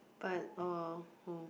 but oh